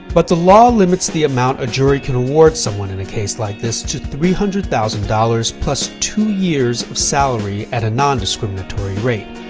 but the law limits the amount a jury can award someone in a case like this to three hundred thousand dollars plus two years of salary at a non-discriminatory rate,